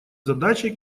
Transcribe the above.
задачей